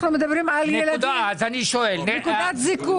אנחנו מדברים על ילדים; נקודות זיכוי